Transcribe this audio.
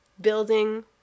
building